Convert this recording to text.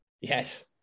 Yes